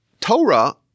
Torah